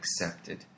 accepted